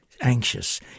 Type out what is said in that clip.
anxious